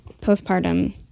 postpartum